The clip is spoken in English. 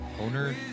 owner